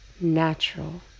natural